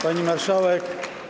Pani Marszałek!